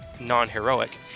non-heroic